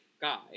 guy